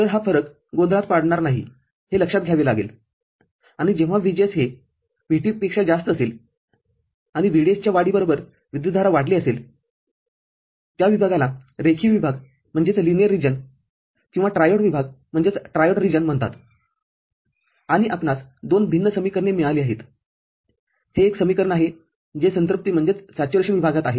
तरहा फरक गोंधळात पाडणार नाही हे लक्षात घ्यावे लागेल आणि जेव्हा VGS हे VT पेक्षा जास्त असेल आणि VDS च्या वाढीबरोबर विद्युतधारा वाढली असेल त्या विभागाला रेखीय विभागकिंवा ट्रायोड विभागम्हणतात आणि आपणास दोन भिन्न समीकरणे मिळाली आहेतहे एक समीकरण आहे जे संतृप्ति विभागात आहे